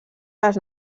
les